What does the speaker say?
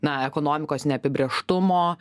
na ekonomikos neapibrėžtumo